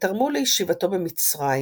ותרמו לישיבתו במצרים